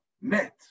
Met